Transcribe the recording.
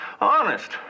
Honest